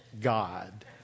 God